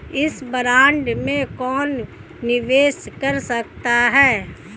इस बॉन्ड में कौन निवेश कर सकता है?